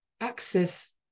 access